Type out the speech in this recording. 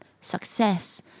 success